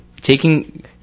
taking